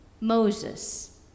Moses